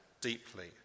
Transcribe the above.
deeply